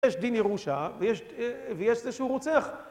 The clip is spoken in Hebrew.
יש דין ירושה ויש איזשהו רוצח.